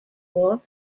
war